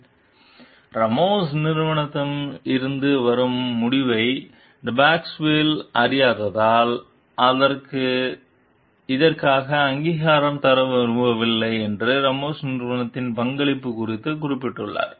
எனவே ராமோஸ் நிறுவனத்தில் இருந்து வரும் முடிவை டெபாஸ்குவேல் அறியாததால் இதற்காக அங்கீகாரம் தர விரும்பவில்லை என்று ராமோஸ் நிறுவனத்தின் பங்களிப்பு குறித்து குறிப்பிட்டுள்ளார்